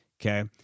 Okay